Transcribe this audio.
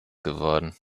geworden